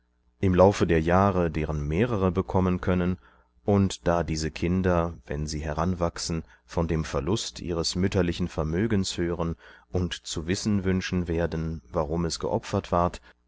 im laufe der jahre deren mehrere bekommen können und da diese kinder wenn sie heranwachsen von dem verlust ihres mütterlichen vermögens hören und zu wissen wünschenwerden warumesgeopfertward somöchteichindemichdiesachebloß auf